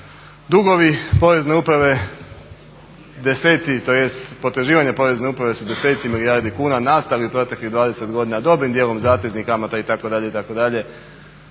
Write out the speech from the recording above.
Dugovi Porezne uprave deseci i tj. potraživanje Porezne uprave su deseci milijardi kuna nastali u proteklih 20 godina dobrim dijelom zateznih kamata itd., itd.